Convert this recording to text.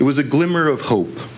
it was a glimmer of hope